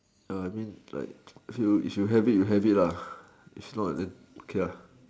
I mean like if you have you have it if not okay